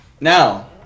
Now